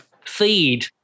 feed